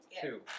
Two